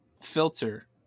filter